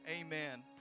Amen